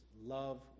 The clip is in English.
love